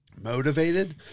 motivated